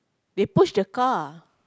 they push the car